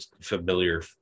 familiar